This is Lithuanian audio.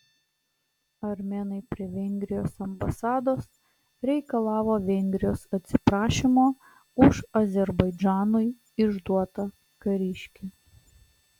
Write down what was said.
armėnai prie vengrijos ambasados reikalavo vengrijos atsiprašymo už azerbaidžanui išduotą kariškį